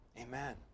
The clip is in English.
amen